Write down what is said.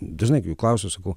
dažnai klausiu sakau